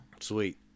Sweet